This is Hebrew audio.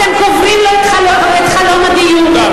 אתם קוברים לו את חלום הדיור,